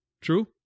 True